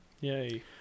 yay